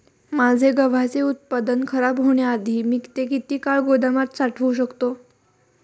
माझे गव्हाचे उत्पादन खराब होण्याआधी मी ते किती काळ गोदामात साठवू शकतो?